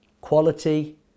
quality